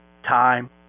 Time